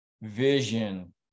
vision